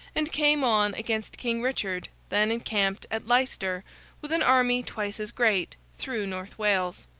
and came on against king richard, then encamped at leicester with an army twice as great, through north wales.